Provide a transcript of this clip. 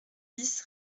dix